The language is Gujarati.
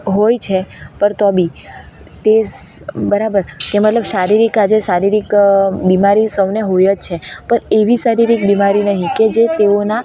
હોય છે પણ તો બી તે બરાબર કે મતલબ શારીરિક આજે શારીરિક બીમારી સૌને હોય જ છે પર એવી શારીરિક બીમારી નહીં કે જે તેઓના